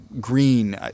Green